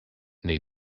nei